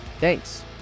Thanks